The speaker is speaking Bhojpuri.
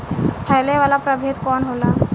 फैले वाला प्रभेद कौन होला?